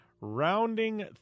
rounding